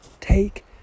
Take